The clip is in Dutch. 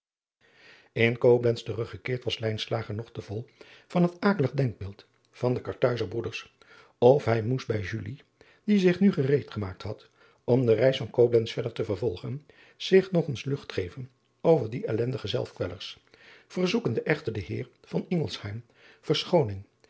n oblentz teruggekeerd was nog te vol van het akelig denkbeeld van de arthuizer broeders of hij moest bij die zich nu gereed gemaakt had om de reis van oblentz verder te vervolgen zich nog eens lucht geven over die ellendige zelfkwellers verzoekende echter den eer